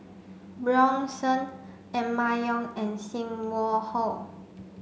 Bjorn Shen Emma Yong and Sim Wong Hoo